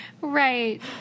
Right